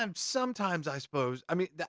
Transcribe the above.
um sometimes, i suppose. i mean